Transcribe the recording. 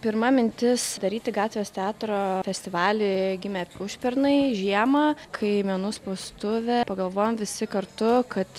pirma mintis daryti gatvės teatro festivalį gimė užpernai žiemą kai menų spaustuvė pagalvojom visi kartu kad